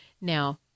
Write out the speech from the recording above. Now